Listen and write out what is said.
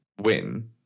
win